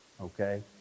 okay